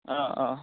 অঁ অঁ